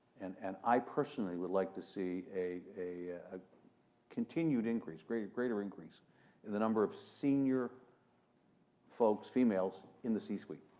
and and i personally would like to see a continued increase, greater greater increase in the number of senior folks females in the c-suite.